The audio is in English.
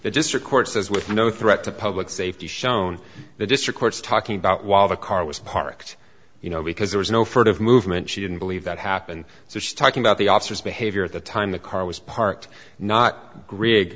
district court says with no threat to public safety shown the district courts talking about while the car was parked you know because there was no furtive movement she didn't believe that happened so she's talking about the officers behavior at the time the car was parked not gr